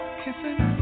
kissing